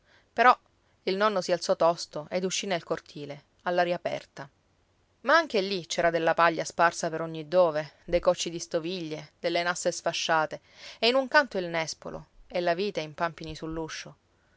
però il nonno si alzò tosto ed uscì nel cortile all'aria aperta ma anche lì c'era della paglia sparsa per ogni dove dei cocci di stoviglie delle nasse sfasciate e in un canto il nespolo e la vite in pampini sull'uscio